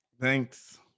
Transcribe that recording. Thanks